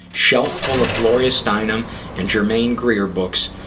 shelf full of gloria steinam and germaine greer books,